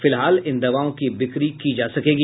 फिलहाल इन दवाओं की बिक्री की जा सकेगी